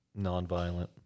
nonviolent